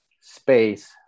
space